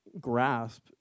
grasp